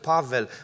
Pavel